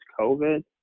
COVID